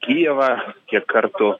kijevą kiek kartų